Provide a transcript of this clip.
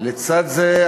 לצד זה,